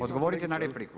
Odgovorite na repliku.